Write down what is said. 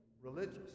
religious